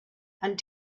and